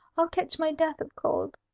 i'll catch my death of cold.